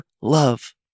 love